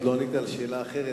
עוד לא ענית על שאלה אחרת,